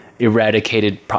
eradicated